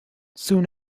soon